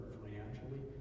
financially